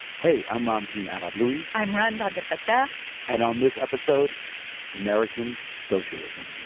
hey. i'm ramtin arablouei i'm rund abdelfatah and on this episode american socialism